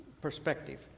perspective